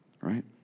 right